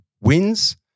wins